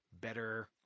better